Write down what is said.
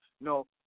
No